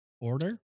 order